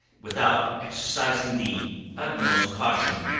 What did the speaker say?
without exercising the utmost caution,